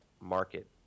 market